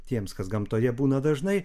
tiems kas gamtoje būna dažnai